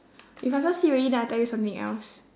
you faster see already then I tell you something else